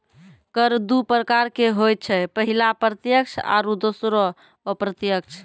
कर दु प्रकारो के होय छै, पहिला प्रत्यक्ष आरु दोसरो अप्रत्यक्ष